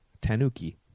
Tanuki